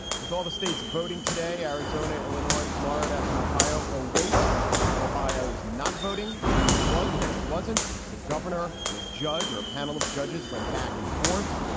with all the states voting today, arizona, illinois, florida and ohio await ohio's not voting than it was then it wasn't. the governor and a judge or a panel of judges went back and forth.